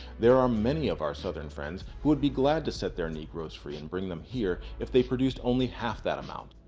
there are many of our southern friends who would be glad to set their negroes free and bring them here, if they produced only half of that amount.